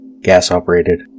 gas-operated